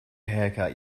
haircut